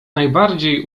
najbardziej